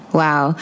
wow